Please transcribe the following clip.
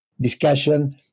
discussion